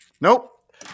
Nope